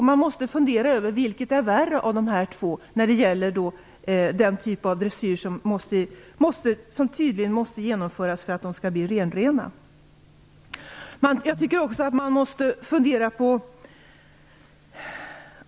Man måste fundera över vilken av de två dressyrformerna som är värre, eftersom någon dressyr tydligen måste genomföras för att hundarna skall bli renrena.